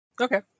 Okay